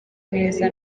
neza